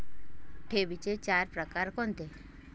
ठेवींचे चार प्रकार कोणते?